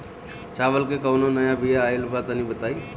चावल के कउनो नया बिया आइल बा तनि बताइ?